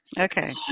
okay.